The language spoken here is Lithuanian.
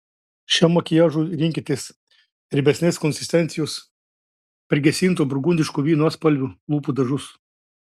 šiam makiažui rinkitės riebesnės konsistencijos prigesinto burgundiško vyno atspalvio lūpų dažus